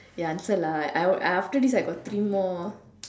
ya answer lah I I after this I got three more